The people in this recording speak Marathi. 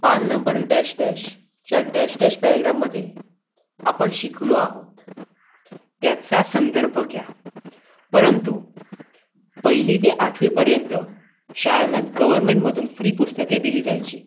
पान नंबर डॅश डॅशच्या डॅश डॅश पॅराग्राफमध्ये आपण शिकलो आहोत त्याचा संदर्भ घ्या परंतु पहिली ते आठवीपर्यंत शाळांना गव्हर्मेंटमधून फ्री पुस्तके दिली जायची